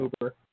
Uber